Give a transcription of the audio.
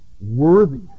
worthy